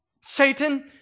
Satan